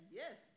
yes